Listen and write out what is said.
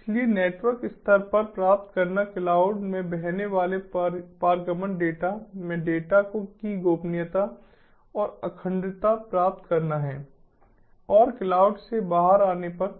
इसलिए नेटवर्क स्तर पर प्राप्त करना क्लाउड में बहने वाले पारगमन डेटा में डेटा की गोपनीयता और अखंडता प्राप्त करना है और क्लाउड से बाहर आने पर